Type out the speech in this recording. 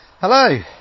Hello